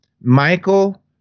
Michael